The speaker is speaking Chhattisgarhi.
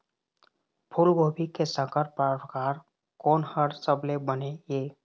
फूलगोभी के संकर परकार कोन हर सबले बने ये?